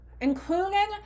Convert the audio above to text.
including